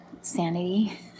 sanity